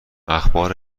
اخبار